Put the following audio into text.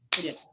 Yes